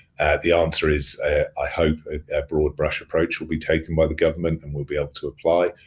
the answer is i hope that broad-brush approach will be taken by the government and we'll be able to apply.